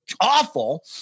awful